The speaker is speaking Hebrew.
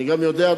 אני גם יודע,